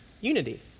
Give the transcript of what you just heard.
unity